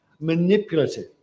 manipulative